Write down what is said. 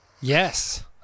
Yes